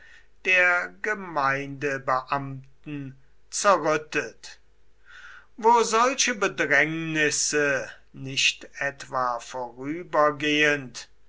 der gemeindebeamten zerrüttet wo solche bedrängnisse nicht etwa vorübergehend